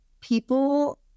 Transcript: people